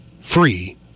free